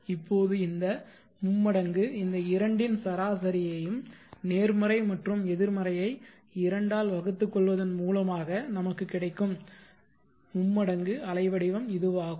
இப்போது இந்த மும்மடங்கு இந்த இரண்டின் சராசரியையும் நேர்மறை மற்றும் எதிர்மறையை 2 ஆல் வகுத்து கொள்வதன் மூலமாக நமக்கு கிடைக்கும் மும்மடங்கு அலை வடிவம் இதுவாகும்